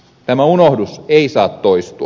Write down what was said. tämä unohdus ei saa toistua